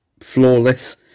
Flawless